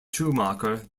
schumacher